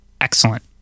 Excellent